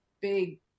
big